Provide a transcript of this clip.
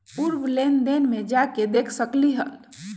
पूर्व लेन देन में जाके देखसकली ह?